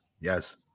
Yes